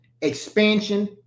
expansion